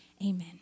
amen